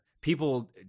people